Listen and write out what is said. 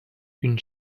une